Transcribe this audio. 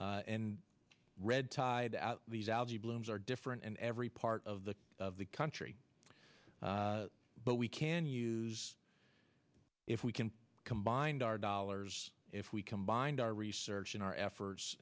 and red tide these algae blooms are different in every part of the of the country but we can use if we can combined our dollars if we combined our research and our efforts